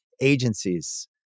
agencies